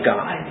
God